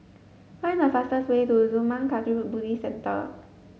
find the fastest way to Zurmang Kagyud Buddhist Centre